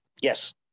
yes